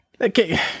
Okay